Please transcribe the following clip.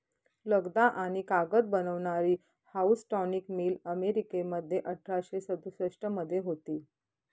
लगदा आणि कागद बनवणारी हाऊसटॉनिक मिल अमेरिकेमध्ये अठराशे सदुसष्ट मध्ये होती